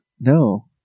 No